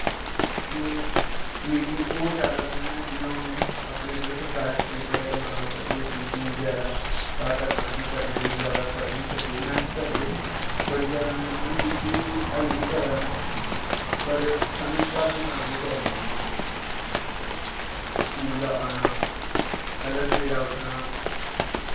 हून मिगी होर जैदा में जियां हून अपने इद्धर सरकारी स्कूल पढ़ेआ नां असें कोई टयूशन बगैरा घर दा कम्म बी करना इन्ना जैदा पढ़ी निं सकै मैंह्नत करदे हे बड़ी जैदा मैंह्नत बी कीती हाल्ली बी करा ने पर सानूं घर दे कम्म बी करने पौंदे स्कूल दा आना पैह्लें सवेरै उट्ठना